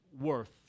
worth